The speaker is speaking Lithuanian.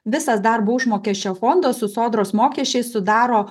visas darbo užmokesčio fondas su sodros mokesčiais sudaro